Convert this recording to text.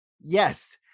yes